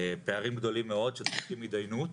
פערים גדולים מאוד שצריכים התדיינות,